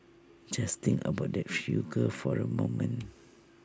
just think about that figure for A moment